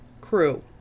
crew